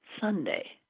Sunday